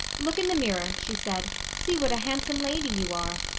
look in the mirror, she said. see what a handsome lady you are.